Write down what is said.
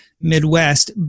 Midwest